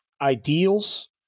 ideals